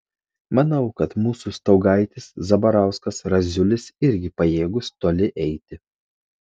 manau kad mūsų staugaitis zabarauskas raziulis irgi pajėgūs toli eiti